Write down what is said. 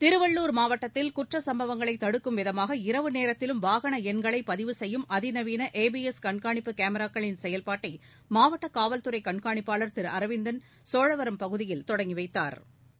திருவள்ளுர் மாவட்டத்தில் குற்ற சம்பவங்களை தடுக்கும் விதமாக இரவு நேரத்திலும் வாகன எண்களை பதிவு செய்யும் அதிநவீன ஏ பி எஸ் கண்காணிப்பு கேமிராக்களின் செயல்பாட்டை மாவட்ட காவல்துறை கண்காணிப்பாளா் திரு அரவிந்தன் சோழவரம் பகுதியில் தொடங்கிவைத்தாா்